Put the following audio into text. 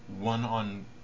one-on